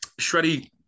Shreddy